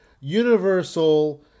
universal